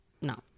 no